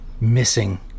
missing